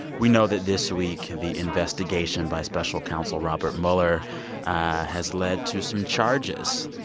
we know that this week the investigation by special counsel robert mueller has led to some charges.